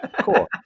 Cool